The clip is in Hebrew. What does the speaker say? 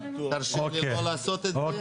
תרשו לי לא לעשות את זה.